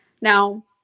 Now